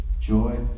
joy